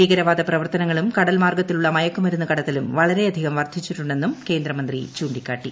ഭീകരവാദ പ്രവർത്തനങ്ങളും കടൽ മാർഗ്ഗത്തിലുള്ള മയക്കുമരുന്ന് കടത്തലും വളരെയധികം വർദ്ധിച്ചിട്ടുണ്ടെന്നും കേന്ദ്രമന്ത്രി ചൂണ്ടിക്കാട്ടി